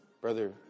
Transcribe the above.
Brother